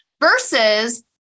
Versus